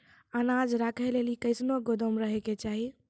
अनाज राखै लेली कैसनौ गोदाम रहै के चाही?